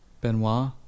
Benoit